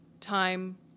time